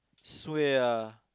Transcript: swear ah